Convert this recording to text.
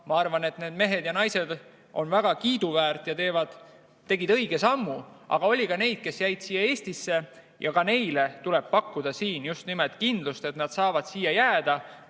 Ma arvan, et need mehed ja naised on väga kiiduväärt ja tegid õige sammu. Aga oli ka neid, kes jäid Eestisse, ja ka neile tuleb pakkuda siin just nimelt kindlust, et nad saavad siia jääda.